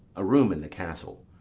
a room in the castle.